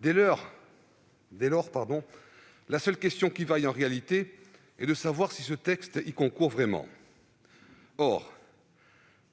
Dès lors, la seule question qui vaille en réalité est de savoir si ce texte y concourt vraiment.